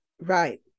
Right